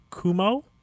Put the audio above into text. Kumo